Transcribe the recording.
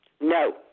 No